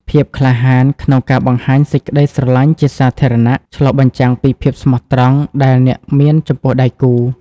ភាពក្លាហានក្នុងការបង្ហាញសេចក្ដីស្រឡាញ់ជាសាធារណៈ ឆ្លុះបញ្ចាំងពីភាពស្មោះត្រង់ដែលអ្នកមានចំពោះដៃគូ។